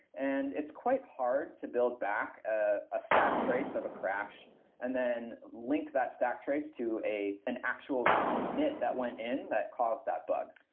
and it's quite hard to build back a ah stack trace of a crash and then link that stack trace to an actual commit that went in that caused that bug.